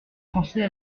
français